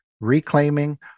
Reclaiming